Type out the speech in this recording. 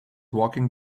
walking